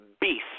beast